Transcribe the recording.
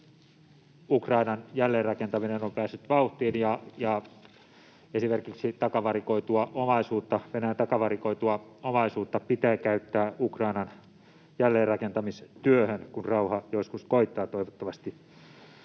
Ukrainan jälleenrakentaminen on päässyt vauhtiin, ja esimerkiksi Venäjän takavarikoitua omaisuutta pitää käyttää Ukrainan jälleenrakentamistyöhön, kun rauha joskus koittaa toivottavasti.